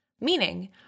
Meaning